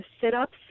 sit-ups